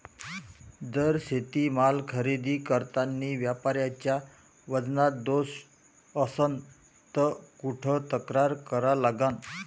जर शेतीमाल खरेदी करतांनी व्यापाऱ्याच्या वजनात दोष असन त कुठ तक्रार करा लागन?